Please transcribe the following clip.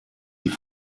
die